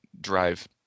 drive